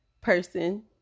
person